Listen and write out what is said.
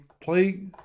play